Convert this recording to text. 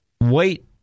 wait